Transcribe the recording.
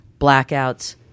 blackouts